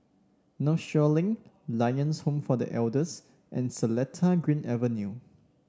Northshore Link Lions Home for The Elders and Seletar Green Avenue